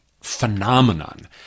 phenomenon